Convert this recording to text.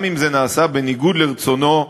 גם אם זה נעשה בניגוד לרצונו,